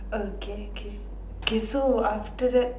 okay k k so after that